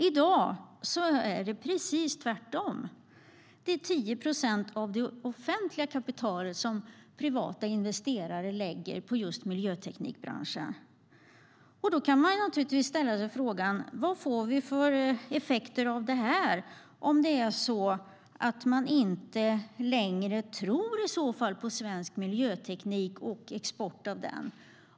I dag är det precis tvärtom; det är 10 procent av det offentliga kapitalet som privata investerare lägger på just miljöteknikbranschen. Då kan man ställa sig frågan: Vad får vi för effekter av det här om man inte längre tror på svensk miljöteknik och export av den?